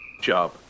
job